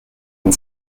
and